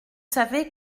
savez